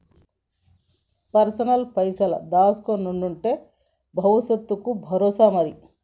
personal పైనాన్సుల దాస్కునుడంటే బవుసెత్తకు బరోసా మరి